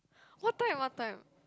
what time what time